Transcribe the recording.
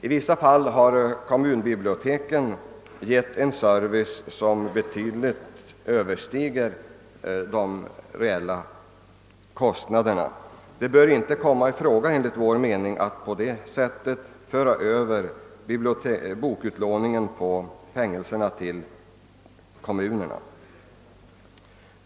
I vissa fall har kommunbiblioteken givit en service som sträcker sig betydligt utöver verkliga kostnaderna. Det bör enligt vår mening inte komma i fråga att man på det sättet för över kostnaderna för bokutlåning i fängelserna på kommunerna.